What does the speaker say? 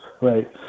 right